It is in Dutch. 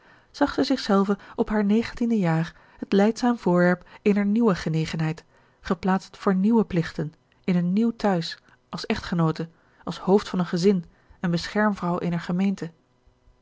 zij zichzelve op haar negentiende jaar het lijdzaam voorwerp eener nieuwe genegenheid geplaatst voor nieuwe plichten in een nieuw tehuis als echtgenoote als hoofd van een gezin en beschermvrouw eener gemeente